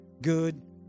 good